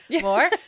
more